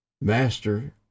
Master